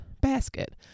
basket